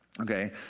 okay